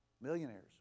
millionaires